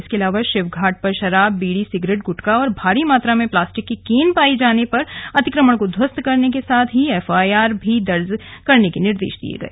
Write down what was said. इसके अलावा शिव घाट पर शराब बीड़ी सिगरेट गुटखा और भारी मात्रा में प्लास्टिक की केन पाये जाने पर अतिक्रमण को ध्वस्त करने के साथ ही एफआईआर दर्ज कराये जाने के निर्देश दिये गए